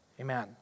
Amen